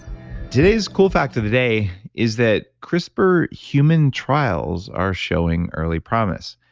today's cool fact of the day is that crispr human trials are showing early promise.